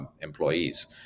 employees